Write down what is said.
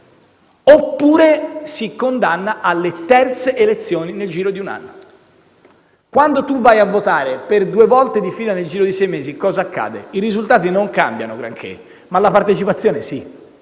oppure condannarsi alle terze elezioni nel giro di un anno. Quando si va a votare per due volte di fila nel giro di sei mesi cosa accade? I risultati non cambiano granché, ma la partecipazione sì,